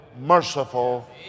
merciful